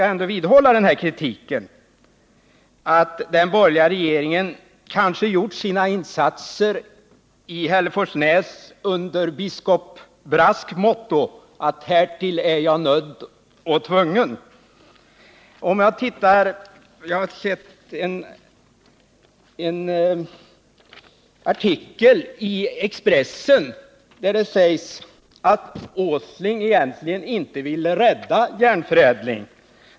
Jag vidhåller alltså kritiken mot den borgerliga regeringen för att ha gjort sina insatser i Hälleforsnäs under biskop Brasks motto ”Härtill är jag nödd och tvungen”. Jag har sett en artikel i Expressen, där det sades att Nils Åsling egentligen inte ville rädda Järnförädling.